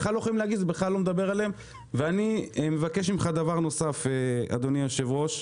אני מבקש ממך דבר נוסף, אדוני היושב ראש,